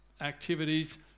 activities